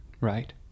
right